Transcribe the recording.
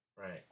Right